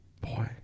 boy